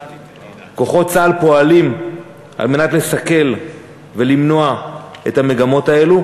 כוחות צה"ל פועלים על מנת לסכל ולמנוע את המגמות האלו,